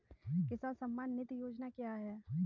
किसान सम्मान निधि योजना क्या है?